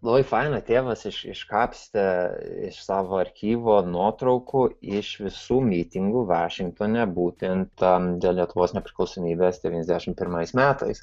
labai faina tėvas iš iškapstė iš savo archyvo nuotraukų iš visų mitingų vašingtone būtent tam dėl lietuvos nepriklausomybės devyniasdešimt pirmais metais